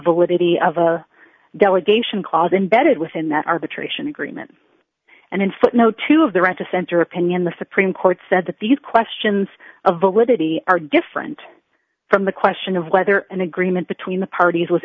validity of a delegation clause imbedded within that arbitration agreement and in footnote two of the right of center opinion the supreme court said that these questions of validity are different from the question of whether an agreement between the parties was